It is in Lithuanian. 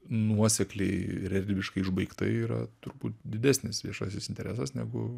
nuosekliai ir erdviškai išbaigtai yra turbūt didesnis viešasis interesas negu